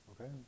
Okay